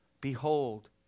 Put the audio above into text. behold